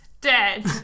dead